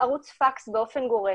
פקס באופן גורף.